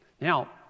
Now